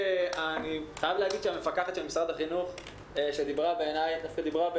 אני חייב להגיד שהמפקחת של משרד החינוך דיברה באחריות,